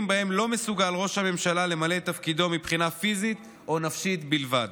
שבהם לא מסוגל ראש הממשלה למלא את תפקידו מבחינה פיזית או נפשית בלבד.